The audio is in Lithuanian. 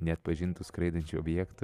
neatpažintų skraidančių objektų